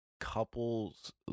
couple's